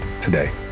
today